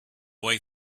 way